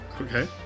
Okay